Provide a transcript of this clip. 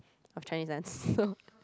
of Chinese dance so